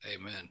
Amen